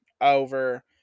over